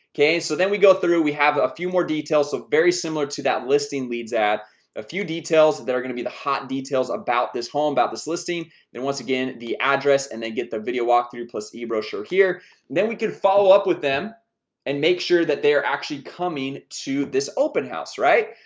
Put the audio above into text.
okay? so then we go through we have a few more details so very similar to that listing leads at a few details that that are gonna be the hot details about this home about this listing then once again the address and then get the video walkthrough plus e brochure here then we can follow up with them and make sure that they are actually coming to this open house, right?